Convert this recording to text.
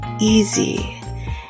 easy